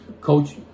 Coach